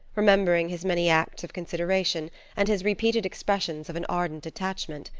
remembering his many acts of consideration and his repeated expressions of an ardent attachment.